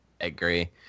agree